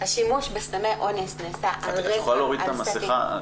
העובדה שהשימוש בסמי אונס --- את יכולה להוריד את המסכה.